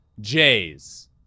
Jays